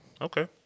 Okay